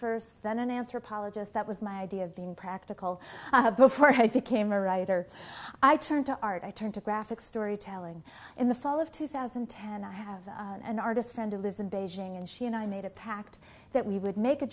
first then an anthropologist that was my idea of being practical before i became a writer i turned to art i turned to graphic storytelling in the fall of two thousand and ten and i have an artist friend who lives in beijing and she and i made a pact that we would make a